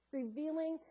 revealing